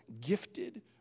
gifted